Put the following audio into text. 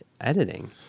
editing